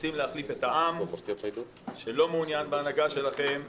רוצים להחליף את העם שלא מעוניין בהנהגה שלכם.